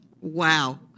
wow